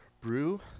brew